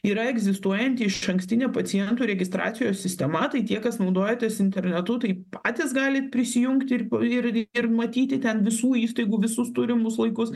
yra egzistuojanti išankstinė pacientų registracijos sistema tai tie kas naudojatės internetu tai patys galit prisijungti ir ir ir matyti ten visų įstaigų visus turimus laikus